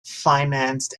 financed